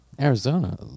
Arizona